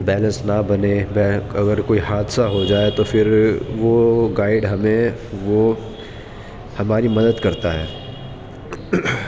balance نہ بنے اگر کوئی حادثہ ہوجائے تو پھر وہ گائڈ ہمیں وہ ہماری مدد کرتا ہے